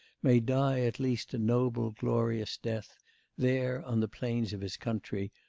may die at least a noble, glorious death there, on the plains of his country,